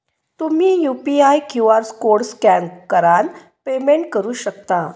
तुम्ही UPI QR code scan करान payment करू शकता